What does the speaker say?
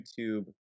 YouTube